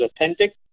authentic